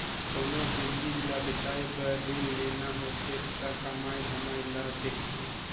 कोनो भी चीच ल बिसाए बर रीन लेना होथे त कमई धमई ल देखथें